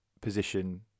position